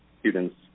students